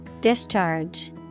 Discharge